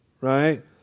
Right